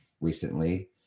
recently